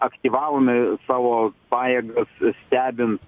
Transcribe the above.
aktyvavome savo pajėgas stebint